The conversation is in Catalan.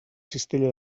cistella